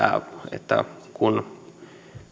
että